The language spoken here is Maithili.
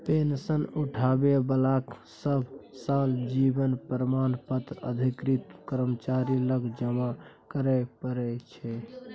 पेंशन उठाबै बलाकेँ सब साल जीबन प्रमाण पत्र अधिकृत कर्मचारी लग जमा करय परय छै